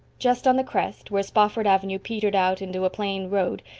just on the crest, where spofford avenue petered out into a plain road,